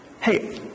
Hey